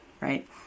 right